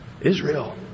Israel